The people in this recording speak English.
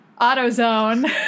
AutoZone